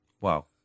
Wow